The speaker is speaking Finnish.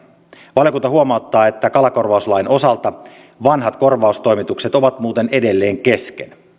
valiokunta huomauttaa että kalakorvauslain osalta vanhat korvaustoimitukset ovat muuten edelleen kesken